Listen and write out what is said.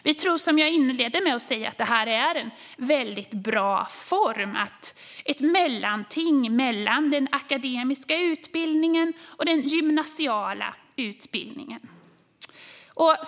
Vi tror att detta är en väldigt bra form - ett mellanting mellan den akademiska utbildningen och den gymnasiala utbildningen.